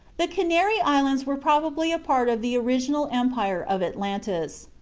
the canary islands were probably a part of the original empire of atlantis.